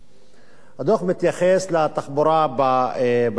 הדוח מתייחס לתחבורה ביישובים הערביים,